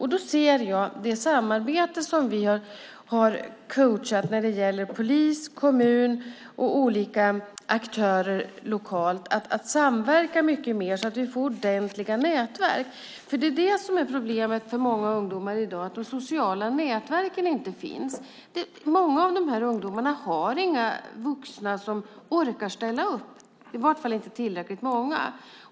Jag ser det samarbete som vi har coachat när det gäller polis, kommun och olika aktörer lokalt. Det handlar om att samverka mycket mer så att vi får ordentliga nätverk. Problemet för många ungdomar i dag är att de sociala nätverken inte finns. Många av dessa ungdomar har inga vuxna som orkar ställa upp, eller i varje fall inte tillräckligt många.